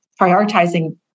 prioritizing